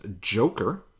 Joker